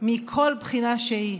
מכל בחינה שהיא,